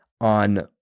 on